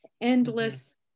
endless